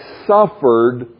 suffered